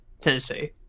Tennessee